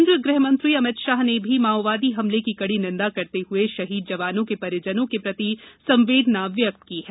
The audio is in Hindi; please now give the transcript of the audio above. केन्द्रीय गृहमंत्री अमित शाह ने भी माओवादी हमले की कड़ी निंदा करते हए शहीद जवानों के परिजनों के प्रति संवेदना व्यक्त की है